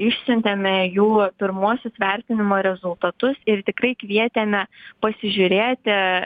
išsiuntėme jų pirmuosius vertinimo rezultatus ir tikrai kvietėme pasižiūrėti